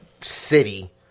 city